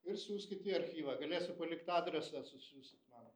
ir siųskit į archyvą galėsiu palikt adresą susiųsit man